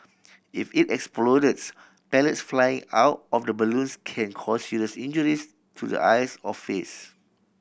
if it explodes pellets flying out of the balloons can cause serious injuries to the eyes or face